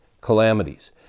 Calamities